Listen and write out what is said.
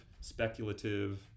speculative